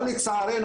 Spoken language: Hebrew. לצערנו,